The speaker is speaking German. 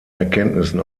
erkenntnissen